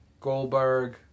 goldberg